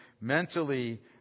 mentally